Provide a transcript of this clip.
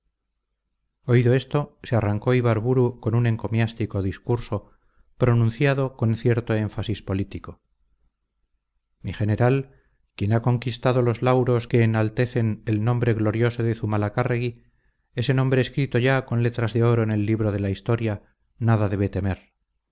oído esto se arrancó ibarburu con un encomiástico discurso pronunciado con cierto énfasis político mi general quien ha conquistado los lauros que enaltecen el nombre glorioso de zumalacárregui ese nombre escrito ya con letras de oro en el libro de la historia nada debe temer